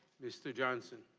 mr. johnson.